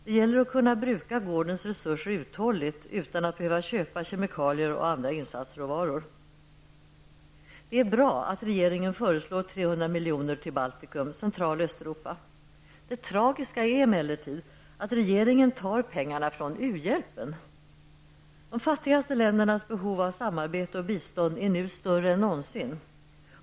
Det gäller att kunna bruka gårdens resurser uthålligt, utan att behöva köpa kemikalier och andra insatsråvaror. Det är bra att regeringen föreslår 300 milj.kr. till Baltikum, Central och Östeuropa. Det tragiska är emellertid att regeringen tar pengarna från uhjälpen. De fattigaste ländernas behov av samarbete och bistånd är nu större än någonsin.